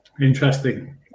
Interesting